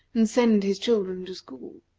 and send his children to school.